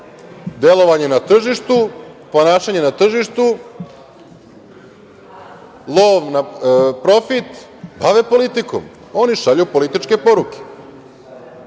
delovanje na tržištu, ponašanje na tržištu, lov na profit, bave politikom. Oni šalju političke poruke. Možemo